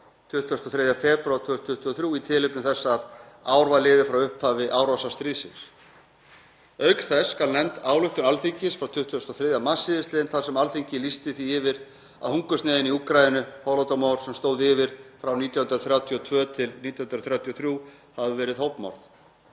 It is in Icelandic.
23. febrúar 2023 í tilefni þess að ár var liðið frá upphafi árásarstríðsins. Auk þess skal nefnd ályktun Alþingis frá 23. mars sl. þar sem Alþingi lýsti því yfir að hungursneyðin í Úkraínu, Holodomor, sem stóð yfir frá 1932 til 1933, hafi verið hópmorð.